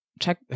check